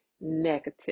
negative